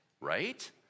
right